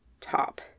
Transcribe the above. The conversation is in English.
Top